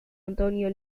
antonio